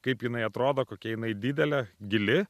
kaip jinai atrodo kokia jinai didelė gili